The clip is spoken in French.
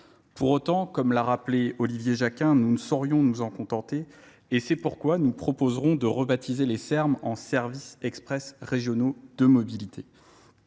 pour autant comme l'a rappelé Olivier Jacquin, nous ne saurions nous en contenter et c'est pourquoi nous proposerons de rebaptiser les ser ms en service express régionaux de mobilité